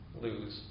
lose